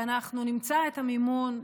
ואנחנו נמצא את המימון,